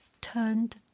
turned